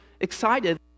excited